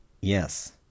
Yes